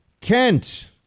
Kent